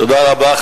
תודה רבה.